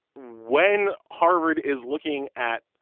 when harvard is looking at